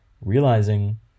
realizing